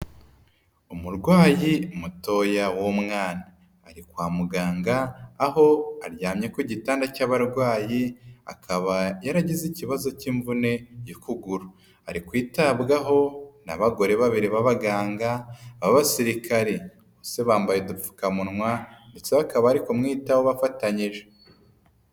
Umurwayi mutoya w'umwana. Ari kwa muganga, aho aryamye ku gitanda cy'abarwayi, akaba yaragize ikibazo cy'imvune y'ukuguru. Ari kwitabwaho n'abagore babiri b'abaganga ,b'abasirikare . Bose bambaye udupfukamunwa ndetse bakaba bari kumwitaho bafatanyije.